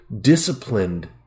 disciplined